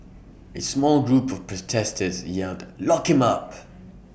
A small group of protesters yelled lock him up